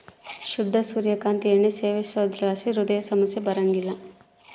ಶುದ್ಧ ಸೂರ್ಯ ಕಾಂತಿ ಎಣ್ಣೆ ಸೇವಿಸೋದ್ರಲಾಸಿ ಹೃದಯ ಸಮಸ್ಯೆ ಬರಂಗಿಲ್ಲ